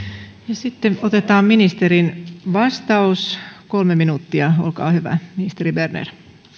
sitten otetaan ministerin vastaus kolme minuuttia olkaa hyvä ministeri berner